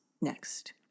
next